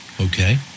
Okay